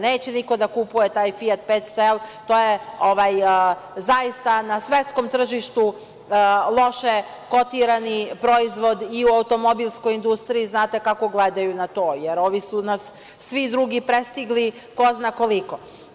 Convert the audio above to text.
Neće niko da kupuje "Fijat 500L", to je zaista na svetskom tržištu loše kotirani proizvod i u automobilskoj industriji znate kako gledaju na to, jer ovi su nas svi drugi prestigli, ko zna koliko.